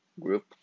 group